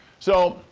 so,